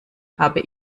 habe